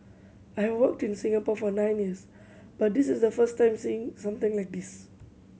I have worked in Singapore for nine years but this is the first time seeing something like this